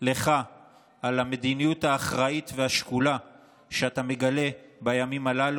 לך על המדיניות האחראית והשקולה שאתה מגלה בימים הללו.